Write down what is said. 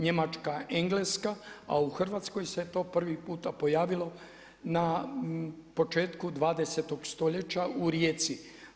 Njemačka, Engleska, a u Hrvatskoj se to prvi puta pojavilo na početku 20. stoljeća u Rijeci.